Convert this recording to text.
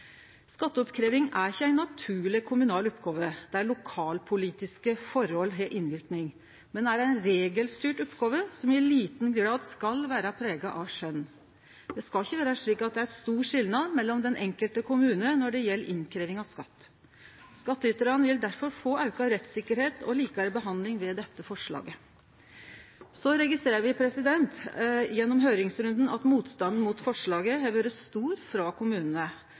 Skatteoppkrevjing er ikkje ei naturleg kommunal oppgåve der lokalpolitiske forhold har innverknad, men ei regelstyrt oppgåve som i liten grad skal vere prega av skjøn. Det skal ikkje vere slik at det er stor skilnad mellom kommunane når det gjeld innkrevjing av skatt. Skattytarane vil derfor få auka rettssikkerheit og likare behandling ved dette forslaget. Så registrerer me, gjennom høyringsrunden, at motstanden mot forslaget har vore stor frå kommunane;